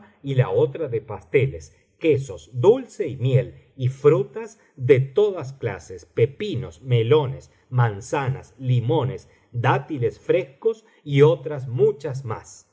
y la otra de pasteles quesos dulce y miel y frutas de todas clases pepinos melones manzanas limones dátiles frescos y otras muchas más